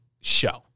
show